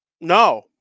No